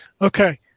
okay